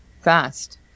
fast